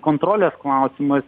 kontrolės klausimas